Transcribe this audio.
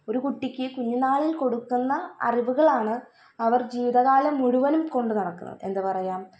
ഒരു കുട്ടിക്ക് കുഞ്ഞുനാളുകളിൽ കൊടുക്കുന്ന അറിവുകളാണ് അവർ ജീവിത കാലം മുഴുവനും കൊണ്ട് നടക്കുന്നത് എന്താ പറയുക